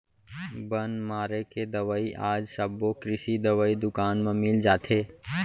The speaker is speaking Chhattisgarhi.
बन मारे के दवई आज सबो कृषि दवई दुकान म मिल जाथे